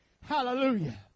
Hallelujah